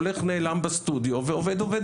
הולך נעלם בסטודיו ועובד עובד,